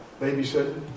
babysitting